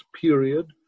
period